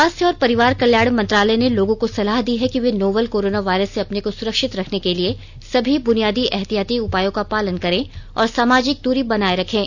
स्वास्थ्य और परिवार कल्याण मंत्रालय ने लोगों को सलाह दी है कि वे नोवल कोरोना वायरस से अपने को सुरक्षित रखने के लिए सभी बुनियादी एहतियाती उपायों का पालन करें और सामाजिक दूरी बनाए रखें